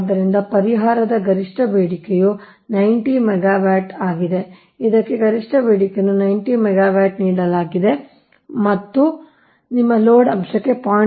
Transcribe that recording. ಆದ್ದರಿಂದ ಪರಿಹಾರದ ಗರಿಷ್ಠ ಬೇಡಿಕೆಯು 90 ಮೆಗಾವ್ಯಾಟ್ ಆಗಿದೆ ಇದಕ್ಕೆ ಗರಿಷ್ಠ ಬೇಡಿಕೆಯನ್ನು 90 ಮೆಗಾವ್ಯಾಟ್ ನೀಡಲಾಗಿದೆ ಮತ್ತು ನಿಮ್ಮ ಲೋಡ್ ಅಂಶಕ್ಕೆ 0